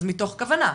אז מתוך כוונה.